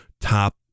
top